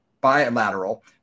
bilateral